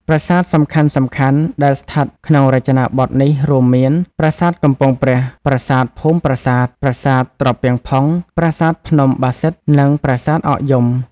ប្រាសាទសំខាន់ៗដែលស្ថិតក្នុងរចនាបថនេះរួមមាន ប្រាសាទកំពង់ព្រះ ប្រាសាទភូមិប្រាសាទ ប្រាសាទត្រពាំងផុង ប្រាសាទភ្នំបាសិទ្ធ និង ប្រាសាទអកយំ។